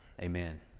Amen